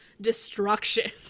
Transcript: destruction